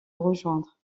rejoindre